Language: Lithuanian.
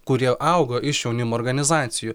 kurie augo iš jaunimo organizacijų